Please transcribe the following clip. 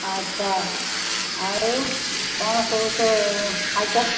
ଆଚ୍ଛା ଆଉ କ'ଣ ସବୁ ତୋ ହାଲଚାଲ